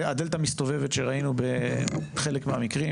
הדלת המסתובבת שראינו בחלק מהמקרים,